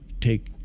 take